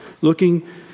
Looking